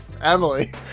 Emily